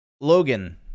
Logan